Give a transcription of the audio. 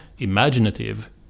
imaginative